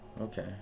okay